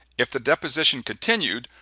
if the deposition continued,